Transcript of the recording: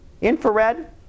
Infrared